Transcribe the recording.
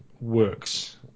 works